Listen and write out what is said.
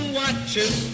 watches